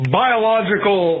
biological